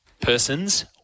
persons